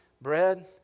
bread